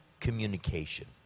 communication